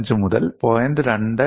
25 മുതൽ 0